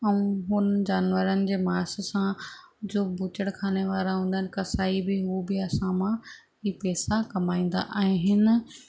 ऐं हुन जानवरनि जे मांस सां जो बूचड़खाने वारा हूंदा आहिनि कसाई हू बि असां मां पेसा कमाईन्दा आहिनि